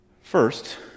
First